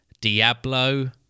Diablo